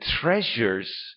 treasures